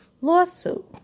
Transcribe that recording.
lawsuit